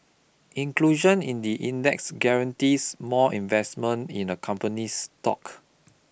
inclusion in the index guarantees more investment in a company's stock